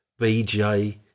BJ